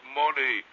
money